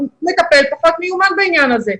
הוא מטפל פחות מיומן בעניין הזה.